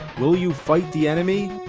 will you fight the enemy?